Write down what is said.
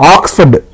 Oxford